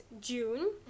June